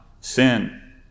sin